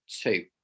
two